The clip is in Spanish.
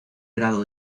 grado